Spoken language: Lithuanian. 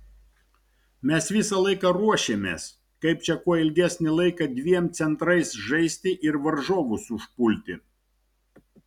mes visą laiką ruošėmės kaip čia kuo ilgesnį laiką dviem centrais žaisti ir varžovus užpulti